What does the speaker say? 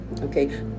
Okay